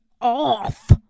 off